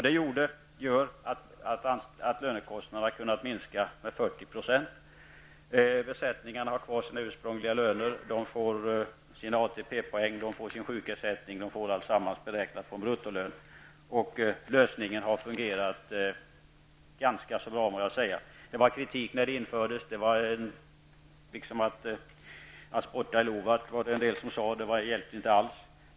Detta gör att lönekostnaderna har kunnat minska med 40 %. Besättningarna har kvar sina ursprungliga löner. De får sin ATP-poäng och sin sjukersättning -- alltsammans beräknat på en bruttolön. Lösningen har fungerat ganska bra. Det förekom kritik när den infördes. Det var som att spotta i lovart, sade en del -- det hjälpte inte alls.